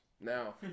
Now